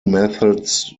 methods